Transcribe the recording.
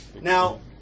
Now